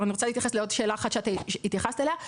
אני רוצה להתייחס לעוד שאלה אחת שהתייחסת אליה.